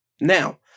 Now